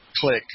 click